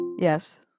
Yes